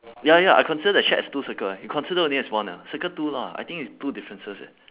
ya ya I consider the shack as two circle eh you consider only as one ah circle two lah I think it's two differences eh